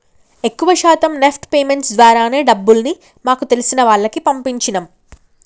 ఎక్కువ శాతం NEFT payments ద్వారానే డబ్బుల్ని మాకు తెలిసిన వాళ్లకి పంపించినం